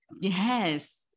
yes